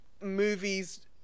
Movies